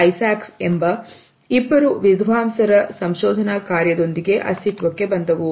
Isaacs ಎಂಬ ಇಬ್ಬರು ವಿದ್ವಾಂಸರ ಸಂಶೋಧನಾ ಕಾರ್ಯದೊಂದಿಗೆ ಅಸ್ತಿತ್ವಕ್ಕೆ ಬಂದವು